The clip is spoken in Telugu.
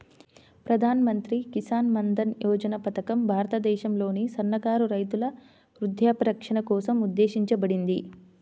ప్రధాన్ మంత్రి కిసాన్ మన్ధన్ యోజన పథకం భారతదేశంలోని సన్నకారు రైతుల వృద్ధాప్య రక్షణ కోసం ఉద్దేశించబడింది